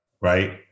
Right